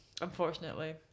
unfortunately